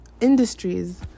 industries